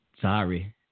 sorry